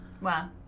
Wow